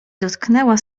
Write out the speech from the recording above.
dotknęła